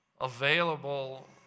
available